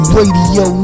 Radio